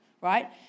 right